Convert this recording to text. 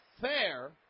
fair